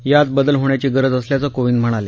यात बदल होण्याची गरज असल्याचं कोविंद म्हणाले